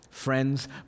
Friends